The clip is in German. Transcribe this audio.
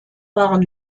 waren